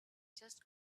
just